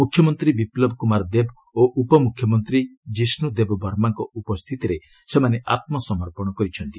ମୁଖ୍ୟମନ୍ତ୍ରୀ ବିପୁବ କ୍ରମାର ଦେବ ଓ ଉପମ୍ରଖ୍ୟମନ୍ତ୍ରୀ କିଷ୍ଣ ଦେବ ବର୍ମାଙ୍କ ଉପସ୍ଥିତିରେ ସେମାନେ ଆତ୍ମସମର୍ପଣ କରିଛନ୍ତି